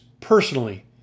personally